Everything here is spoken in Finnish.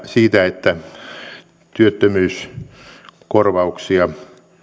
siitä että työttömyyskorvauksia